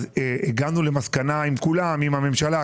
הגענו למסקנה עם כולם עם הממשלה,